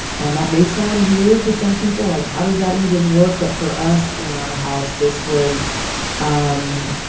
and that may sound weird to some people. like, how does that even work? but for us in our house, this was um